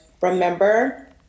remember